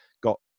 got